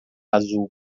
azul